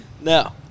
No